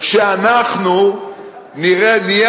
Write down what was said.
שאנחנו נהיה